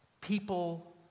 People